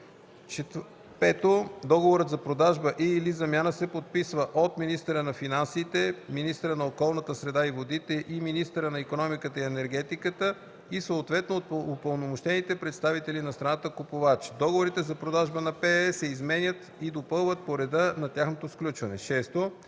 (5) Договорът за продажба и/или замяна се подписва от министъра на финансите, министъра на околната среда и водите и министъра на икономиката и енергетиката и съответно от упълномощените представители на страната приобретател. Договорите за продажба на ПЕЕ се изменят и допълват по реда на тяхното сключване. (6)